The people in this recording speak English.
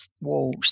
walls